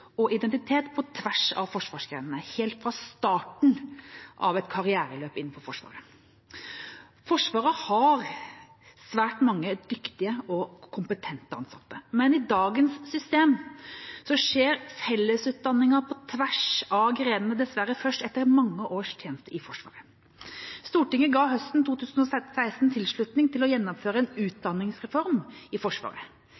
og identitet på tvers av forsvarsgrenene helt fra starten av et karriereløp innen Forsvaret. Forsvaret har svært mange dyktige og kompetente ansatte, men i dagens system skjer fellesutdanningen på tvers av grenene dessverre først etter mange års tjeneste i Forsvaret. Stortinget ga høsten 2016 tilslutning til å gjennomføre en